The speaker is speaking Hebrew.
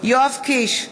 יואב קיש,